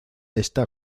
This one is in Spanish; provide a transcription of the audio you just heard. está